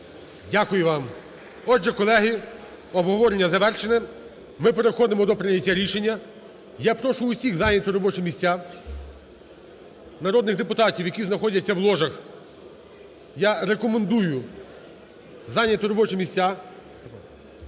Дякую вам. Отже, колеги, обговорення завершене, ми переходимо до прийняття рішення. Я прошу усіх зайняти робочі місця, народних депутатів, які знаходяться в ложах, я рекомендую, зайняти робочі місця,